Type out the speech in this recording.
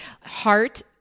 heart